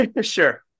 sure